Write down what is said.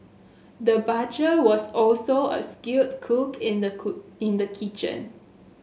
the butcher was also a skilled cook in the cook in the kitchen